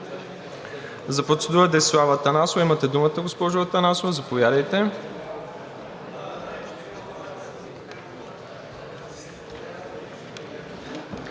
За процедура – Десислава Атанасова. Имате думата, госпожо Атанасова, заповядайте.